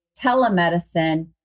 telemedicine